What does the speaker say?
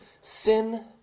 Sin